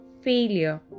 failure